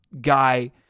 guy